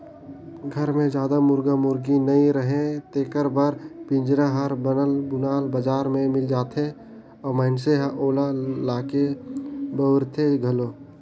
घर मे जादा मुरगा मुरगी नइ रहें तेखर बर पिंजरा हर बनल बुनाल बजार में मिल जाथे अउ मइनसे ह ओला लाके बउरथे घलो